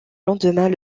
lendemain